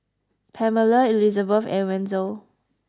Pamella Elisabeth and Wenzel